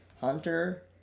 Hunter